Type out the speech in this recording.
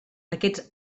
aquests